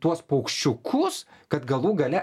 tuos paukščiukus kad galų gale